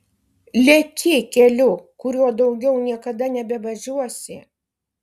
leki keliu kuriuo daugiau niekada nebevažiuosi